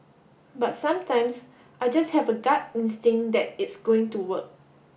but sometimes I just have a gut instinct that it's going to work